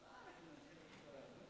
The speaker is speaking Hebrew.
הואיל ולא הצבעת,